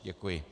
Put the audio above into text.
Děkuji.